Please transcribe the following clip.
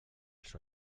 els